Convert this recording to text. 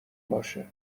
باشه